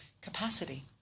capacity